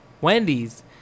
Wendy's